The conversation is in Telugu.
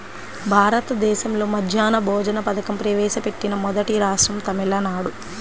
భారతదేశంలో మధ్యాహ్న భోజన పథకం ప్రవేశపెట్టిన మొదటి రాష్ట్రం తమిళనాడు